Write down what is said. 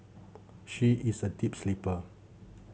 she is a deep sleeper